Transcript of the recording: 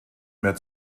mehr